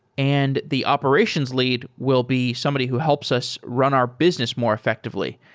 and the operations lead will be somebody who helps us run our business more effectively.